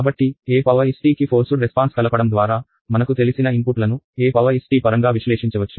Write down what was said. కాబట్టి est కి forced response కలపడం ద్వారా మనకు తెలిసిన ఇన్పుట్ లను est పరంగా విశ్లేషించవచ్చు